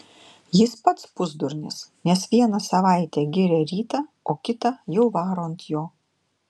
jis pats pusdurnis nes vieną savaitę giria rytą o kitą jau varo ant jo